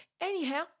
Anyhow